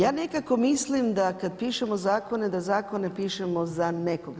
Ja nekako mislim da kad pišemo zakone, da zakone pišemo za nekog.